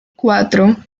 cuatro